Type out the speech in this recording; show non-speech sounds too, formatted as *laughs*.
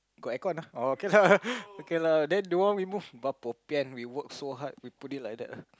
got aircon ah okay lah *laughs* okay lah then don't want we move [wah] bo pian we work so hard we put it like that lah